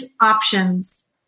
options